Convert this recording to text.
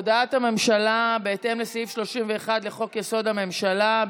הודעת הממשלה בהתאם לסעיף 31 לחוק-יסוד: הממשלה,